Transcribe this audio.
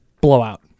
blowout